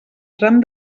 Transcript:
tram